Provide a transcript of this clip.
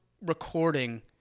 recording